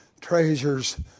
Treasures